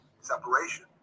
separation